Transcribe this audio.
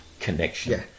connection